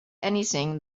anything